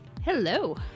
Hello